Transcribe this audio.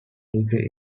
degree